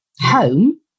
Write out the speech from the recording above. home